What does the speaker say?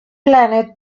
planet